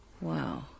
Wow